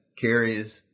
carries